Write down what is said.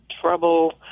trouble